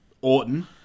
Orton